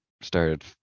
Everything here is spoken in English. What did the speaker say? started